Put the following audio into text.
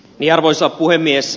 arvoisa puhemies